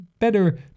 better